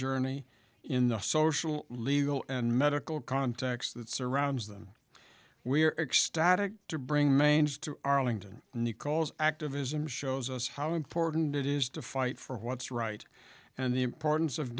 journey in the social legal and medical context that surrounds them we are ecstatic to bring manged to arlington nichol's activism shows us how important it is to fight for what's right and the importance of